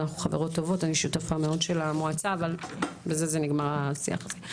אנחנו חברות טובות ואני שותפה של המועצה אבל בזה נגמר השיח הזה.